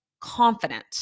confident